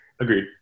Agreed